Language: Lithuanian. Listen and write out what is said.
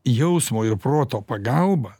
jausmo ir proto pagalba